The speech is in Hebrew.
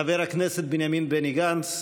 חבר הכנסת בנימין בני גנץ,